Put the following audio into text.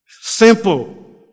Simple